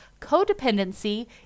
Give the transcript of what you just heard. codependency